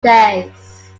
days